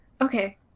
Okay